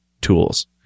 tools